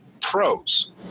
pros